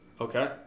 Okay